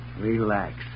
Relax